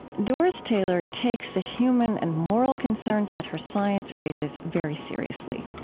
doris taylor takes the human and moral concerns that her science raises very seriously.